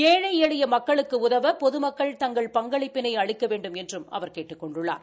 ஏழை எளிய மக்களுக்கு உதவ பொதுமக்கள் தங்கள் பங்களிப்பினை அளிக்க வேண்டுமென்றும் அவர் கேட்டுக் கொண்டுள்ளார்